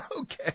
Okay